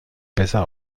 besser